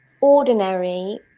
ordinary